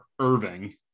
Irving